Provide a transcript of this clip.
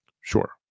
sure